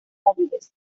móviles